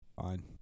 Fine